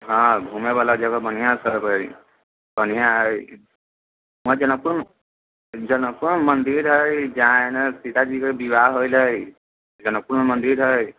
हँ घुमैवला जगह बढ़िआँ सभ हइ बढ़िआँ हइ उहाँ जनकपुर जनकपुर मन्दिर हइ जहाँ हइ ने सीताजीके विवाह होलै जनकपुर मन्दिर हइ